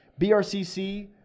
BRCC